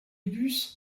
bus